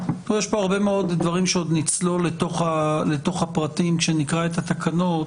יש פה הרבה מאוד דברים כשעוד נצלול לתוך הפרטים כשנקרא את התקנות,